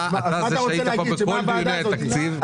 אתה היית כאן בכל דיוני התקציב,